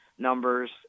numbers